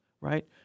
right